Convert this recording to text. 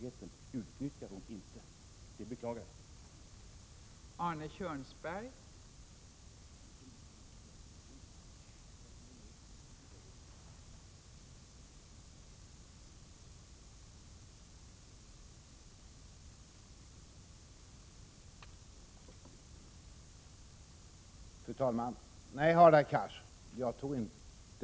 Men den möjligheten utnyttjas inte. Det beklagar jag. Meddelande om inter